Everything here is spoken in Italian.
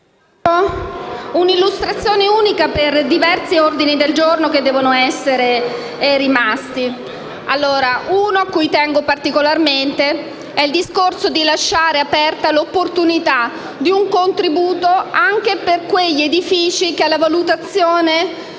un'illustrazione unica per diversi ordini del giorno. Tengo particolarmente al discorso di lasciare aperta l'opportunità di un contributo anche per quegli edifici che alla valutazione